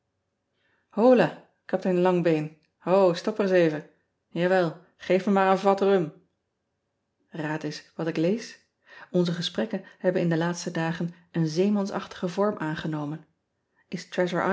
o stop r s even awel geef me maar een vat rum aad eens wat ik lees nze gesprekken hebben in de laatste dagen een zeemansachtigen vorm aangenomen